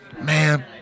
man